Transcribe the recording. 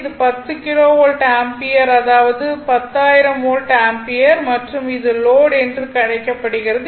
இது 10 kilo volt ampere அதாவது 10000 volt ampere மற்றும் இது லோட் என்று அழைக்கப்படுகிறது